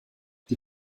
die